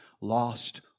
lost